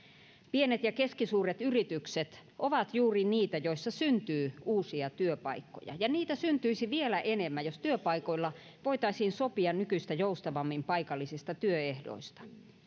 pienet ja keskisuuret yritykset ovat juuri niitä joissa syntyy uusia työpaikkoja ja niitä syntyisi vielä enemmän jos työpaikoilla voitaisiin sopia nykyistä joustavammin paikallisista työehdoista